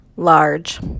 Large